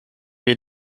wir